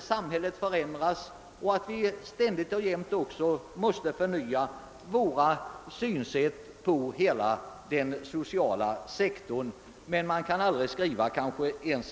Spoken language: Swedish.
Samhället förändras, och vi är överens om att vi ständigt och jämt måste anpassa vår syn på den sociala verksamheten härefter. Även om man inte kan skriva